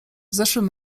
zeszłym